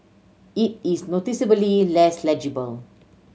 it is noticeably less legible